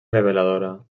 reveladora